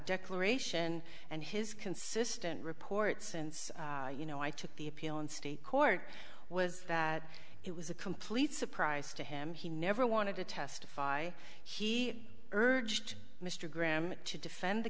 declaration and his consistent report since you know i took the appeal in state court was that it was a complete surprise to him he never wanted to testify he urged mr graham to defend the